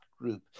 group